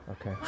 Okay